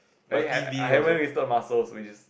I only had I haven't listed muscles which is